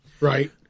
Right